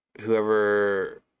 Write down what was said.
whoever